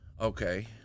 Okay